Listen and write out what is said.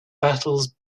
battles